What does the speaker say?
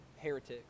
heretics